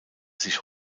sich